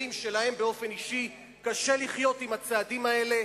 אומרים שלהם באופן אישי קשה לחיות עם הצעדים האלה,